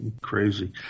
crazy